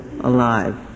alive